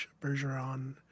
Bergeron